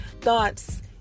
thoughts